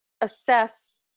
assess